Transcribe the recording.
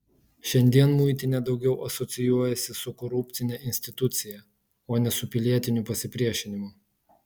šiandien muitinė daugiau asocijuojasi su korupcine institucija o ne su pilietiniu pasipriešinimu